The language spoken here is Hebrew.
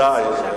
ודאי.